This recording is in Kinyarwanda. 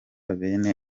bene